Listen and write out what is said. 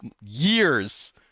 years